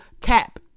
cap